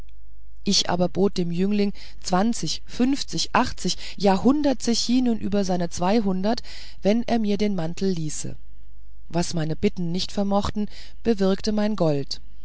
ich aber bot dem jüngling zwanzig fünfzig achtzig ja hundert zechinen über seine zweihundert wenn er mir den mantel ließe was meine bitten nicht vermochten bewirkte mein gold